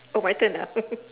oh my turn ah